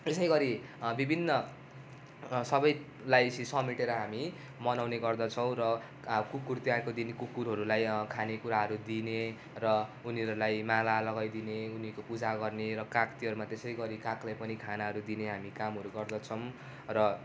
यसै गरी विभिन्न सबैलाई यसरी समेटेर हामी मनाउने गर्दछौँ र कुकुर तिहारको दिन कुकुरहरूलाई खाने कुराहरू दिने र उनीहरूलाई माला लगाइदिने र उनीहरूको पूजा गर्ने र काग तिहारमा त्यसै गरी कागलाई पनि खानाहरू दिने हामी कामहरू गर्दछौँ र